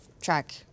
track